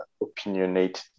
opinionated